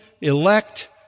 elect